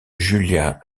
julia